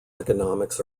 economics